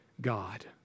God